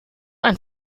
ein